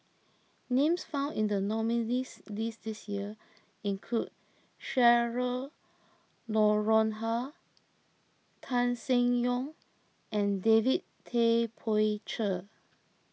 names found in the nominees' list this year include Cheryl Noronha Tan Seng Yong and David Tay Poey Cher